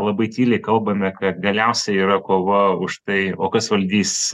labai tyliai kalbame kad galiausiai yra kova už tai o kas valdys